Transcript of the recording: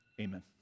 Amen